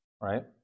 right